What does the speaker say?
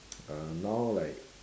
uh now like